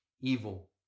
evil